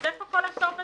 אז איפה כל הטוב הזה?